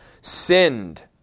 sinned